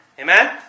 Amen